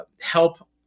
help